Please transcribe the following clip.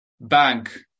bank